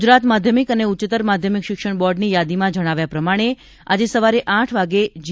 ગુજરાત માધ્યમિક અને ઉચ્ચત્તર માધ્યમિક શિક્ષણ બોર્ડની યાદીમાં જણાવ્યા પ્રમાણે આજે સવારે આઠ વાગ્યે જી